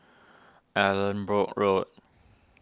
Allanbrooke Road